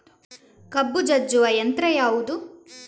ಕಬ್ಬು ಜಜ್ಜುವ ಯಂತ್ರ ಯಾವುದು?